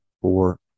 four